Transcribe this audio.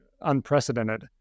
unprecedented